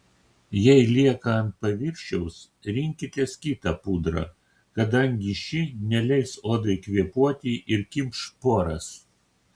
jei lieka ant paviršiaus rinkitės kitą pudrą kadangi ši neleis odai kvėpuoti ir kimš poras